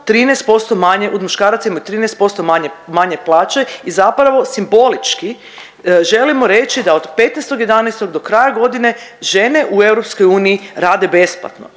13% manje od muškaraca, imaju 13% manje, manje plaće i zapravo simbolički želimo reći da od 15.11. do kraja godine žene u EU rade besplatno.